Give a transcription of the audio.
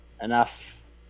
enough